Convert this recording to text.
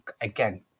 Again